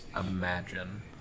...imagine